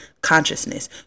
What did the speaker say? consciousness